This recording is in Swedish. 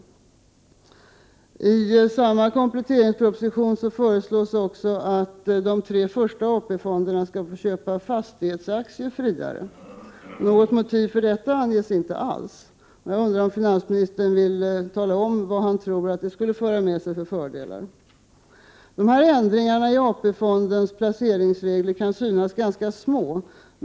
I samma kompletteringsproposition föreslås det också att de tre första AP-fonderna skall få frihet att köpa fastighetsaktier. Något motiv för detta anges inte alls. Vill finansministern tala om vad han tror det för med sig för fördelar? Dessa ändringar i AP-fondernas placeringsregler kan synas ganska små.